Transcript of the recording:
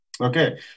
okay